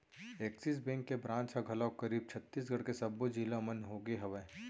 Axis bank के branch ह घलोक करीब छत्तीसगढ़ के सब्बो जिला मन होगे हवय